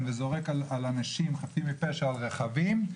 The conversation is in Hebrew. וזורק על אנשים חפים מפשע או על רכבים,